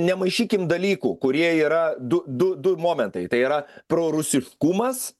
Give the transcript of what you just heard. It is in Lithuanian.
nemaišykim dalykų kurie yra du du du momentai tai yra prorusiškumas